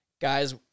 guys –